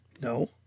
No